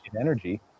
energy